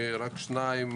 רק שניים